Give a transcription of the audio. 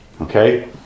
okay